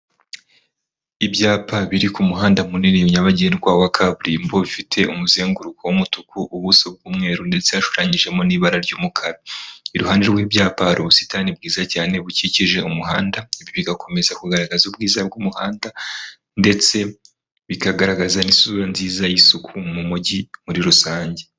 Ibyapa biri ku muhanda munini nyabagendwa wa kaburimbo bifite umuzenguruko w'umutuku, ubuso bw'umweru ndetse hashushanyijemo n'ibara ry'umukara. Iruhande rw'ibyapa hari ubusitani bwiza cyane bukikije umuhanda, ibyo bigakomeza kugaragaza ubwiza bw'umuhanda, ndetse bikagaragaza n'isura nziza y'isuku mu Mujyi muri rusange.